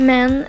Men